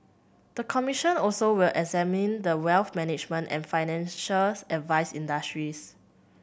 the commission also will examine the wealth management and financial advice industries